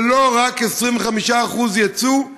ולא רק 25% יצוא,